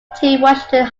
washington